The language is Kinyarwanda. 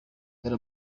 dore